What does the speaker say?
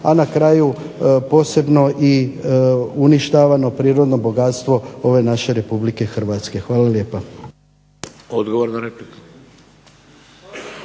a na kraju posebno i uništavano prirodno bogatstvo ove naše Republike Hrvatske. Hvala lijepa. **Šeks,